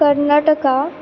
Karnataka